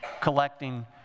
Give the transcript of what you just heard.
collecting